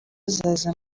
azaza